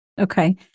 Okay